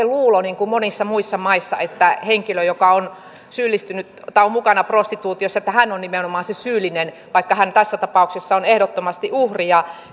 luulo niin kuin monissa muissa maissa että henkilö joka on mukana prostituutiossa on nimenomaan se syyllinen vaikka hän tässä tapauksessa on ehdottomasti uhri